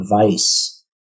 advice